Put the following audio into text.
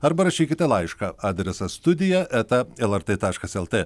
arba rašykite laišką adresas studija eta el er tė taškas el tė